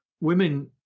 women